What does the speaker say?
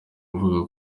avuga